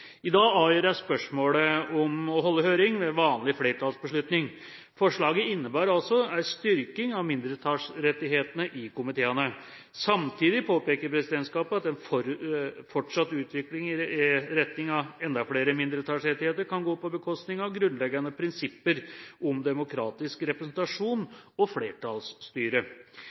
I dag avgjøres spørsmålet om å holde høring ved vanlig flertallsbeslutning. Forslaget innebærer altså en styrking av mindretallsrettighetene i komiteene. Samtidig påpeker presidentskapet at en fortsatt utvikling i retning av enda flere mindretallsrettigheter kan gå på bekostning av grunnleggende prinsipper om demokratisk representasjon og flertallsstyre.